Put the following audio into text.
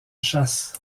chasse